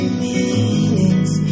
meanings